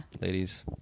Ladies